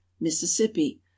Mississippi